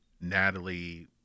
Natalie